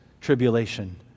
tribulation